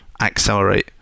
accelerate